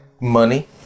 money